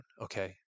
okay